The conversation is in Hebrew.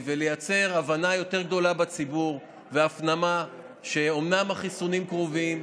ולייצר הבנה יותר גדולה בציבור והפנמה שאומנם החיסונים קרובים,